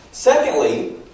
Secondly